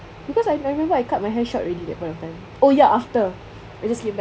because I remember I cut my hair short already at that point of time oh ya after I just came back